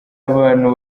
abantu